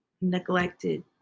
neglected